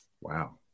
wow